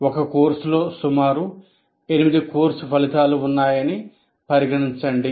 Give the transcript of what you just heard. ఒక కోర్సులో సుమారు 8 కోర్సు ఫలితాలు ఉన్నాయని పరిగణించండి